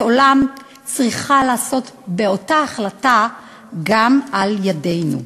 עולם צריכה להיעשות באותה החלטה גם על-ידינו".